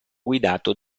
guidato